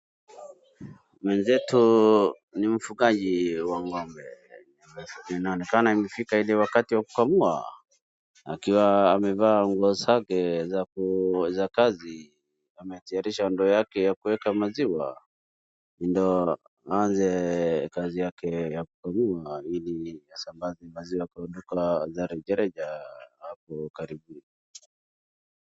Mwenzetu ni mfugaji wa ng'ombe na inaonekana imefuka ile wakati ya kukamua akiwa amevaa nguo zake za kazi. Ametayarisha ndoo yake ya kuweka maziwa ndio aanze kazi yake ya kukamua ili asambaze maziwa kwa duka za rejareja hapo karibu.